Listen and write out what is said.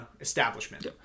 establishment